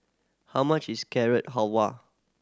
how much is Carrot Halwa